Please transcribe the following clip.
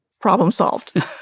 problem-solved